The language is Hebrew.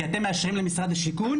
כי אתם מאשרים למשרד השיכון,